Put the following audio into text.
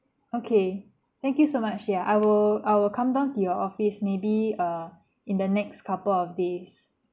okay thank you so much ya I will I will come down to your office maybe err in the next couple of days